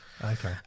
Okay